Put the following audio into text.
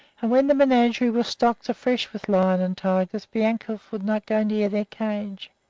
and when the menagerie was stocked afresh with lions and tigers bianca would not go near their cages.